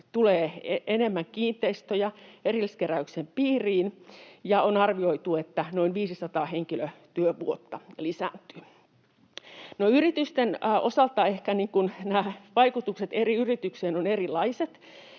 tulee enemmän kiinteistöjä erilliskeräyksen piiriin, ja on arvioitu, että noin 500 henkilötyövuotta lisääntyy. No, yritysten osalta nämä vaikutukset eri yrityksiin ovat ehkä erilaiset.